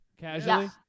Casually